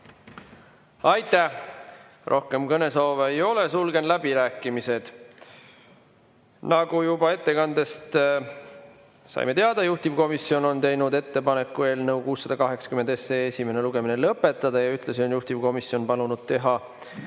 Aitäh! Rohkem kõnesoove ei ole, sulgen läbirääkimised. Nagu juba ettekandest saime teada, juhtivkomisjon on teinud ettepaneku eelnõu 680 esimene lugemine lõpetada. Ühtlasi on juhtivkomisjon palunud määrata